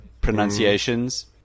pronunciations